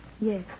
Yes